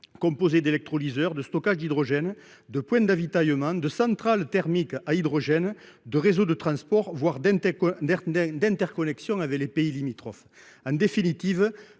composé d'électrolyseurs, de stockages d'hydrogène, de points d'avitaillement, de centrales thermiques à hydrogène, de réseaux de transport, voire d'interconnexions avec les pays limitrophes. En définitive,